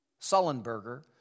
Sullenberger